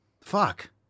Fuck